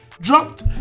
dropped